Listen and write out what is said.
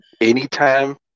anytime